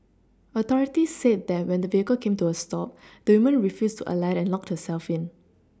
authorities said that when the vehicle came to a stop the woman refused to alight and locked herself in